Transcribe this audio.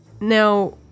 Now